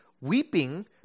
Weeping